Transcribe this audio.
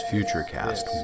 FutureCast